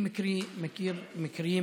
אני מכיר מקרים